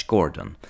Gordon